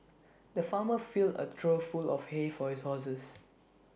the farmer filled A trough full of hay for his horses